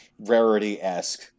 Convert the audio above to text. rarity-esque